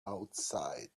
outside